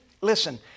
Listen